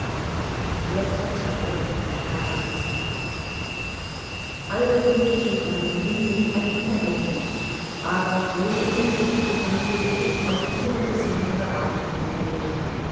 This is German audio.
erster teil alle glücklichen familien sind einander ähnlich aber jede unglückliche familie ist auf ihre besondere art unglücklich